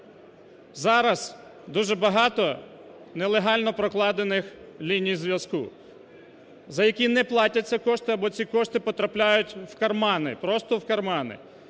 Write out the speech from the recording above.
Зараз дуже багато нелегально прокладених ліній зв'язку, за які не платяться кошти або ці кошти потрапляють в кармани, просто в кармани.